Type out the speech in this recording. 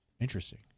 Interesting